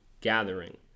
gathering